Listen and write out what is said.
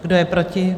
Kdo je proti?